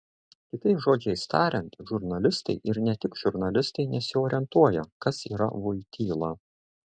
kitais žodžiais tariant žurnalistai ir ne tik žurnalistai nesiorientuoja kas yra voityla